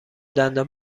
دندان